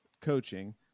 coaching